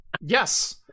yes